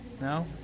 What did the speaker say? No